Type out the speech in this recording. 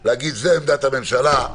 להגיד: זו עמדת הממשלה,